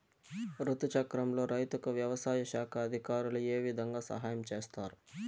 రుతు చక్రంలో రైతుకు వ్యవసాయ శాఖ అధికారులు ఏ విధంగా సహాయం చేస్తారు?